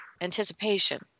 anticipation